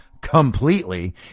completely